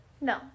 No